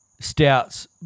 stouts